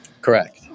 Correct